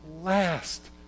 last